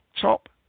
top